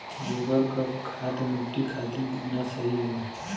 गोबर क खाद्य मट्टी खातिन कितना सही ह?